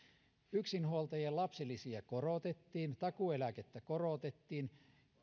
yksinhuoltajien lapsilisiä korotettiin takuueläkettä korotettiin